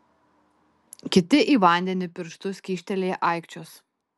kiti į vandenį pirštus kyštelėję aikčios